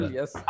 yes